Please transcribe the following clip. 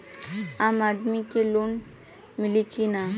आम आदमी के लोन मिली कि ना?